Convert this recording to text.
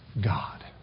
God